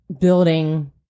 building